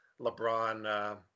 LeBron